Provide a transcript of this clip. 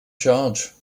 charge